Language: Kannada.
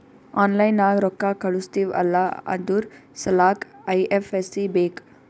ಆನ್ಲೈನ್ ನಾಗ್ ರೊಕ್ಕಾ ಕಳುಸ್ತಿವ್ ಅಲ್ಲಾ ಅದುರ್ ಸಲ್ಲಾಕ್ ಐ.ಎಫ್.ಎಸ್.ಸಿ ಬೇಕ್